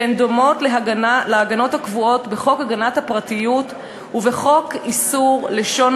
והן דומות להגנות הקבועות בחוק הגנת הפרטיות ובחוק איסור לשון